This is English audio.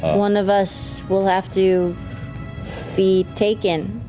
ah one of us will have to be taken.